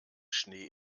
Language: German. schnee